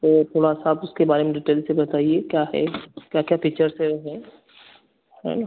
तो थोड़ा सा आप उसके बारे में डीटेल से बताइए क्या है क्या क्या फीचर्स हैं है ना